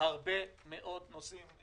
יש הרבה מאוד נושאים.